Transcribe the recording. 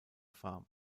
farm